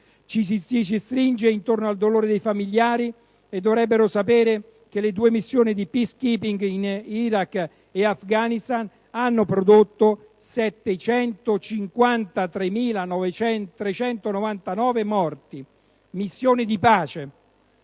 Chi si stringe intorno al dolore dei familiari dovrebbe sapere che le due missioni di *peace-keeping* in Iraq e Afghanistan hanno prodotto 753.399 morti. «Missioni di pace»,